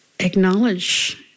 acknowledge